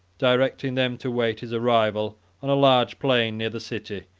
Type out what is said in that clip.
directing them to wait his arrival on a large plain near the city,